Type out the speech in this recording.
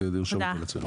תודה.